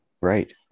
Right